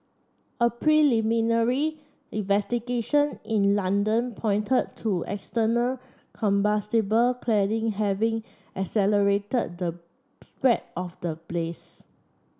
a preliminary investigation in London pointed to the external combustible cladding having accelerated the spread of the blaze